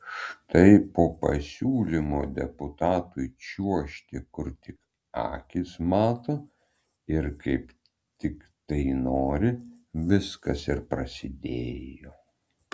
štai po pasiūlymo deputatui čiuožti kur tik akys mato ir kaip tik tai nori viskas ir prasidėjo